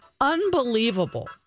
Unbelievable